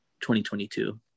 2022